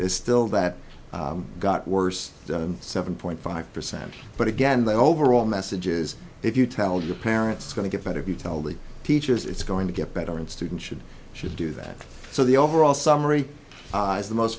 still that got worse seven point five percent but again the overall message is if you tell your parents going to get better if you tell the teachers it's going to get better and students should should do that so the overall summary is the most